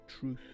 truth